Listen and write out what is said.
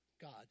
God